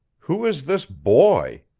who is this boy?